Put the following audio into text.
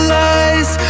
lies